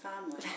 family